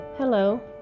Hello